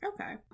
Okay